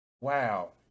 Wow